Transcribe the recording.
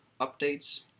updates